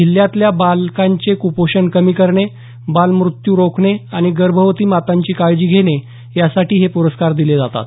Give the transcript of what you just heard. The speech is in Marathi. जिल्ह्यातल्या बालकांचे क्पोषण कमी करणे बालमृत्यू रोखणे आणि गर्भवती मातांची काळजी घेणे यासाठी हे प्रस्कार दिले जातात